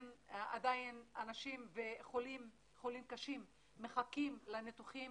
אם עדין אנשים וחולים קשים מחכים לניתוחים